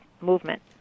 movement